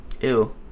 ew